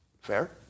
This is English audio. Fair